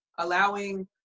Allowing